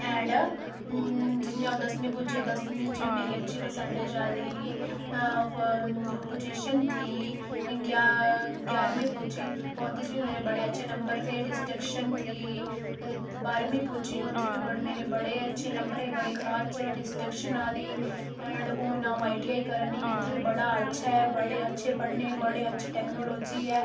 and जियां दसमीं पुज्जी दसमीं च बी मेरी अच्छी प्रसैंटेज आई ही ही पुजिशन थी गेआ ग्याह्रमी पुज्जी ओह्दे च बी मेरे अच्छे नंबर थे डिसटकशन थी बाह्रमीं पुज्जी ओह्दे च बी बड़े मेरे बड़े अच्छे नंबर हे बड़े क्लास च डिसटकशन आई दी ऐंड हून आई आई टी करै'नी इत्थै बी बड़ा अच्छा ऐ बड़े अच्छे पढ़ने ही बड़े अच्छी टैक्नोलाजी ऐ